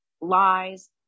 lies